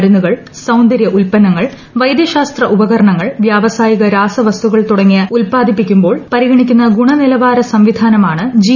മരുന്നുകൾ സൌന്ദര്യ ഉൽപന്നങ്ങൾ വൈദ്യശാസ്ത്ര ഉപകരണങ്ങൾ വ്യാവസായിക രാസവസ്തുക്കൾ തുടങ്ങിയവ ഉൽപാദിപ്പിക്കുമ്പോൾ പരിഗണിക്കുന്ന ഗുണനിലവാര സംവിധാനമാണ് ജി